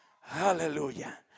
Hallelujah